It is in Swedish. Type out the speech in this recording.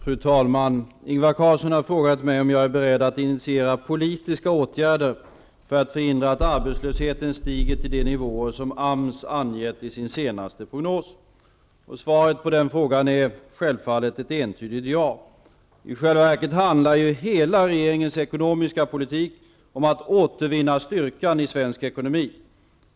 Fru talman! Ingvar Carlsson har frågat mig om jag är beredd att initiera politiska åtgärder för att förhindra att arbetslösheten stiger till de nivåer som AMS angett i sin senaste prognos. Svaret på den frågan är självfallet ett entydigt ja. I själva verket handlar hela regeringens ekonomiska politik om att återvinna styrkan i svensk ekonomi.